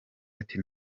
ati